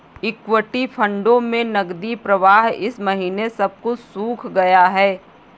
equity फंडों में नकदी प्रवाह इस महीने सब कुछ सूख गया है